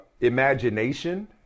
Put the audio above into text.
imagination